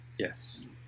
Yes